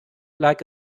like